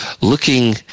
looking